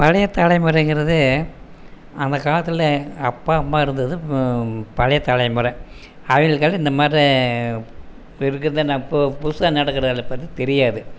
பழைய தலைமுறைங்கிறது அந்த காலத்தில் அப்பா அம்மா இருந்தது பழைய தலைமுறை அவங்களுக்கலாம் இந்த மாதிரி இப்போ இருக்கிற நட்பு புதுசாக நடக்கிறது பற்றி தெரியாது